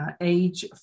age